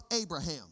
Abraham